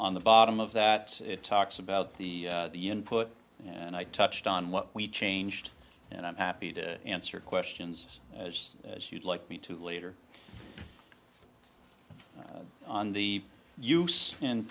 on the bottom of that it talks about the input and i touched on what we changed and i'm happy to answer questions as as you'd like me to later on the use and